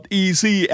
easy